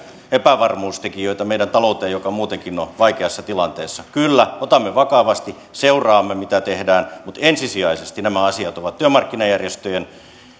epävarmuustekijöitä meidän talouteen joka muutenkin on vaikeassa tilanteessa kyllä otamme vakavasti seuraamme mitä tehdään mutta ensisijaisesti nämä asiat ovat työmarkkinajärjestöjen